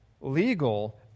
legal